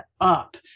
up